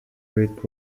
rick